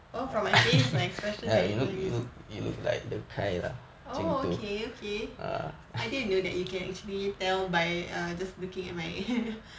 oh from my face my expression oh okay okay I didn't know that you can actually tell by err just looking at my